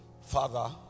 Father